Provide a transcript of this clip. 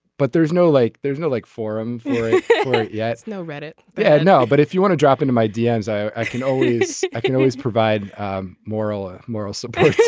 but there's no like there's no like forum yet no read it. yeah no but if you want to drop into my designs i can always i can always provide moral or moral support.